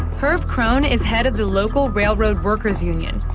herb krohn is head of the local railroad workers' union.